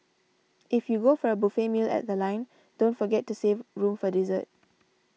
if you go for a buffet meal at The Line don't forget to save room for dessert